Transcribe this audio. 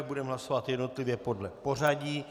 Budeme hlasovat jednotlivě podle pořadí.